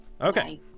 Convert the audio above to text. Okay